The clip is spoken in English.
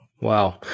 Wow